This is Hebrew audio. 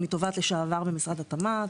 אני תובעת לשעבר במשרד התמ"ת,